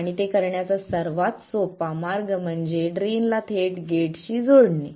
आणि ते करण्याचा सर्वात सोपा मार्ग म्हणजे ड्रेन ला थेट गेटशी जोडणे